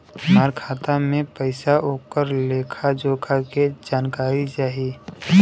हमार खाता में पैसा ओकर लेखा जोखा के जानकारी चाही?